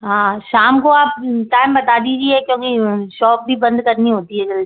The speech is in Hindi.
हाँ शाम को आप टाइम बता दीजिए क्योंकि शौप भी बंद करनी होती है